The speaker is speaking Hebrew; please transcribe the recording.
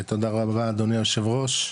תודה רבה אדוני היושב ראש,